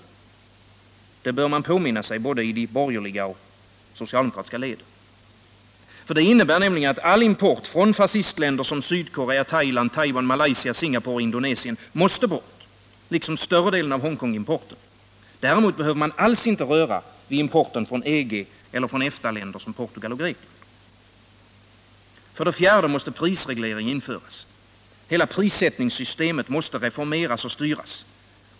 Detta bör man påminna sig, både i de borgerliga och i de socialdemokratiska lägren. Det innebär att all import från fascistländer som Sydkorea, Thailand, Taiwan, Malaysia, Singapore och Indonesien måste bort, liksom större delen av Hongkongimporten. Däremot behöver man inte alls röra vid importen från EG eller från EFTA-länder som Portugal och Grekland. För det fjärde måste prisreglering införas. Hela prissättningssystemet måste reformeras och styras.